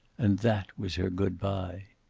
and that was her good-by.